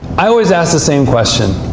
i always ask the same question.